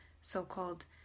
so-called